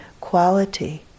quality